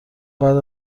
بعد